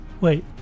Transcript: Wait